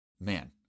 Man